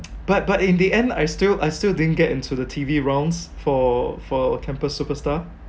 but but in the end I still I still didn't get into the T_V rounds for for campus superstar